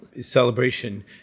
celebration